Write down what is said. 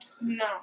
No